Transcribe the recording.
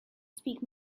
speak